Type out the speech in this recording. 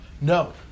No